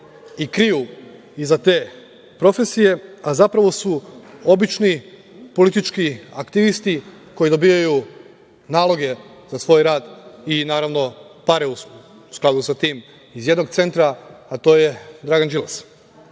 i kriju iza te profesije, a zapravo su obični politički aktivisti koji dobijaju naloge za svoj rad i, naravno, pare u skladu sa tim iz jednog centra, a to je Dragan Đilas.